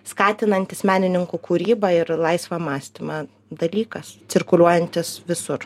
skatinantis menininkų kūrybą ir laisvą mąstymą dalykas cirkuliuojantis visur